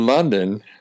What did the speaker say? London